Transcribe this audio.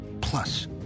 plus